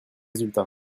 résultats